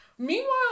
Meanwhile